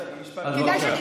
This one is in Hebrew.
אז בבקשה,